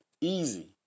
Easy